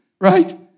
Right